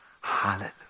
Hallelujah